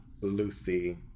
Lucy